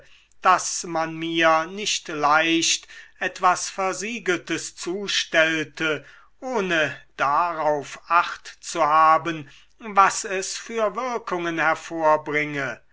daß man mir nicht leicht etwas versiegeltes zustellte ohne darauf achtzuhaben was es für wirkungen hervorbringe